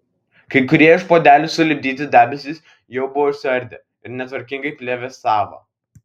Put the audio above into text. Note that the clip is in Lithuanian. kai kurie iš puodelių sulipdyti debesys jau buvo išsiardę ir netvarkingai plevėsavo